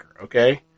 okay